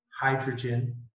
hydrogen